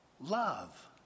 love